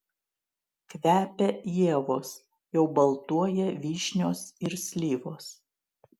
kvepia ievos jau baltuoja vyšnios ir slyvos